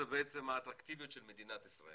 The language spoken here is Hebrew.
אלה הם בעצם האטרקטיביות של מדינת ישראל